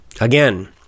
Again